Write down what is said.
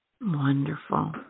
Wonderful